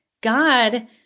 God